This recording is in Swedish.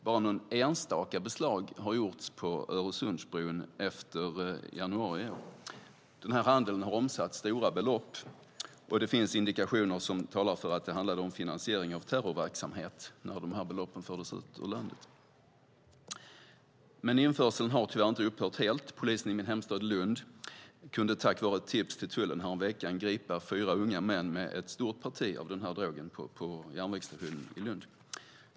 Bara något enstaka beslag har gjorts på Öresundsbron efter januari i år. Denna handel har omsatt stora belopp, och det finns indikationer på att det handlade om finansiering av terrorverksamhet när dessa belopp fördes ut ur landet. Men införseln har tyvärr inte upphört helt. Polisen i min hemstad Lund kunde tack vare ett tips till tullen häromveckan gripa fyra unga män med ett stort parti av denna drog på järnvägsstationen i Lund.